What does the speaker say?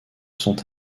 sont